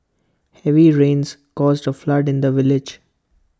heavy rains caused A flood in the village